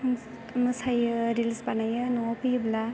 मोसायो रिल्स बानायो न'आव फैयोब्ला